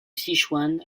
sichuan